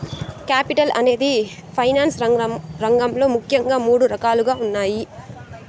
capital అనేది finance రంగంలో ముఖ్యంగా మూడు రకాలుగా ఉన్నాయి